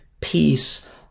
peace